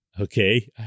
okay